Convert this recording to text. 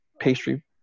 pastry